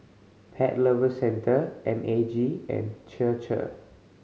Pet Lovers Centre M A G and Chir Chir